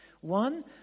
one